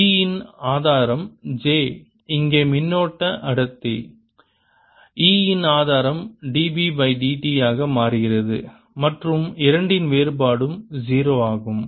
B இன் ஆதாரம் J இங்கே மின்னோட்ட அடர்த்தி E இன் ஆதாரம் dB பை dt ஆக மாறுகிறது மற்றும் இரண்டின் வேறுபாடும் 0 ஆகும்